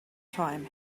time